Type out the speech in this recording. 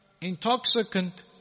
intoxicant